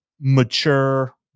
mature